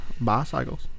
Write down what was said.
bicycles